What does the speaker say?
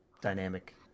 dynamic